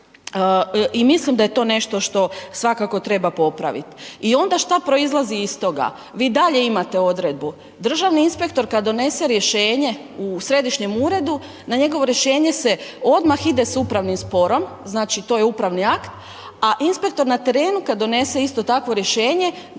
I mislim da je to nešto što svakako treba popraviti. I onda šta proizlazi iz toga? Vi i dalje imate odredbu, državni inspektor kad donese rješenje u Središnjem uredu, na njegovo rješenje se odmah ide s upravnim sporom, znači to je upravi akt a inspektor na terenu kad donese isto takvo rješenje,